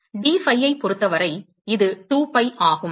dphi ஐப் பொறுத்தவரை இது 2 pi ஆகும்